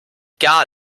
gar